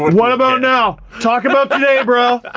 what about now? talk about today bro,